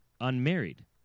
unmarried